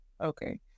okay